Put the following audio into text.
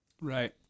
Right